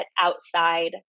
outside